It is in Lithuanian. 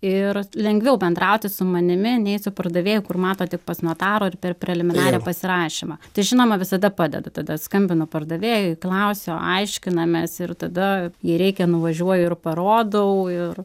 ir lengviau bendrauti su manimi nei su pardavėju kur mato tik pas notarą ir per preliminarią pasirašymą tai žinoma visada padedu tada skambinu pardavėjui klausiu aiškinamės ir tada jei reikia nuvažiuoju ir parodau ir